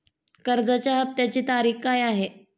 कर्जाचा हफ्त्याची तारीख काय आहे?